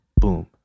boom